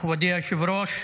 מכובדי היושב-ראש,